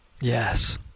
Yes